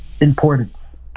importance